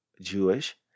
Jewish